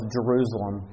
Jerusalem